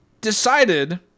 decided